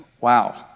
wow